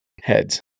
heads